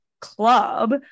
club